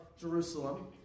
Jerusalem